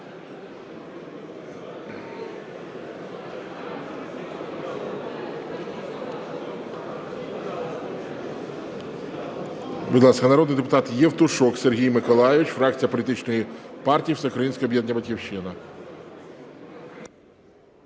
Будь ласка, народний депутат Євтушок Сергій Миколайович, фракція політичної партії Всеукраїнське об'єднання "Батьківщина".